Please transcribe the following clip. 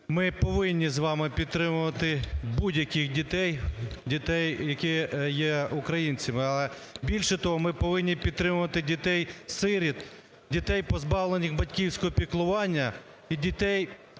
ми повинні з вами підтримувати будь-яких дітей, дітей, які є українцями. Але більше того, ми повинні підтримувати дітей-сиріт, дітей, позбавлених батьківського піклування і дітей